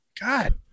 God